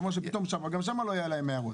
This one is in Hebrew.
אתה אומר שפתאום שם גם שם לא היו להם הערות.